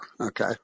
Okay